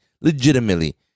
legitimately